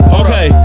okay